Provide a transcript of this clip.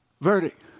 verdict